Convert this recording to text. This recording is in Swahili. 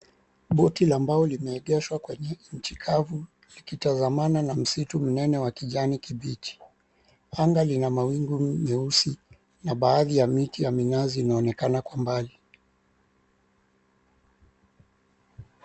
Boti la mbao limeegeshwa kwenye Nchi kavu likitazamana na msitu mnene wa kijani kibichi. Anga lina mawingu meusi na baadhi ya miti ya minazi inaonakena Kwa mbali.